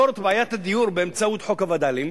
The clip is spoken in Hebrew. לפתור את בעיית הדיור באמצעות חוק הווד"לים,